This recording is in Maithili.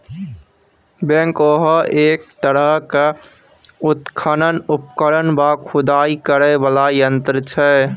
बैकहो एक तरहक उत्खनन उपकरण वा खुदाई करय बला यंत्र छै